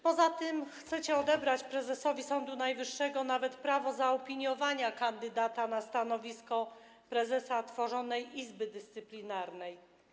Poza tym chcecie odebrać prezesowi Sądu Najwyższego nawet prawo do zaopiniowania kandydata na stanowisko prezesa tworzonej Izby Dyscyplinarnej.